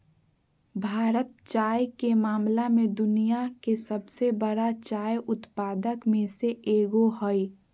भारत चाय के मामला में दुनिया के सबसे बरा चाय उत्पादक में से एगो हइ